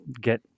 get